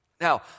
Now